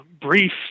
brief